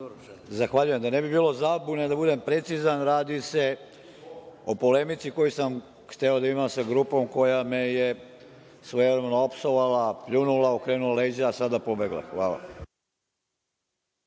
Zahvaljujem. Da ne bi bilo zabune, da budem precizan, radi se o polemici koju sam hteo da imam sa grupom koja me je svojevremeno opsovala, pljunula, okrenula leđa, a sada pobegla. Hvala.